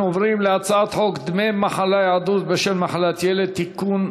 אנחנו עוברים להצעת חוק דמי מחלה (היעדרות בשל מחלת ילד) (תיקון,